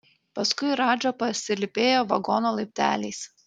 paskui radža pasilypėjo vagono laipteliais